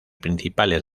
principales